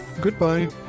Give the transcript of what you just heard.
Goodbye